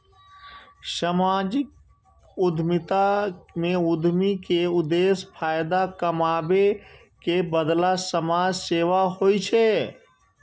सामाजिक उद्यमिता मे उद्यमी के उद्देश्य फायदा कमाबै के बदला समाज सेवा होइ छै